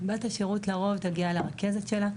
בת השירות לרוב תגיע לרכזת שלה.